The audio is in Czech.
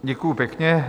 Děkuji pěkně.